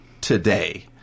today